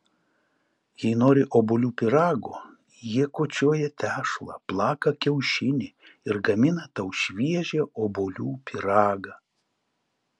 jei nori obuolių pyrago jie kočioja tešlą plaka kiaušinį ir gamina tau šviežią obuolių pyragą